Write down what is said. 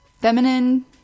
Feminine